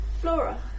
Flora